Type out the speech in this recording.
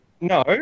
No